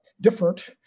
different